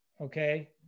okay